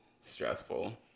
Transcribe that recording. Stressful